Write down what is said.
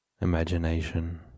imagination